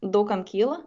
daug kam kyla